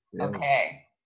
Okay